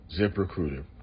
ZipRecruiter